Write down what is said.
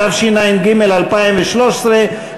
התשע"ג 2013,